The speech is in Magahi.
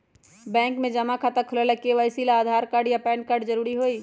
बैंक में जमा खाता खुलावे ला के.वाइ.सी ला आधार कार्ड आ पैन कार्ड जरूरी हई